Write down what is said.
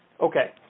Okay